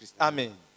Amen